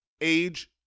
age